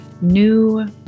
new